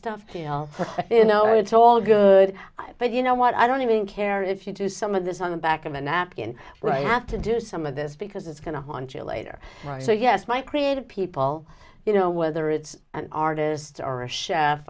stuff you know it's all good but you know what i don't even care if you do some of this on the back of a napkin right i have to do some of this because it's going to haunt you later so yes my creative people you know whether it's an artist or a chef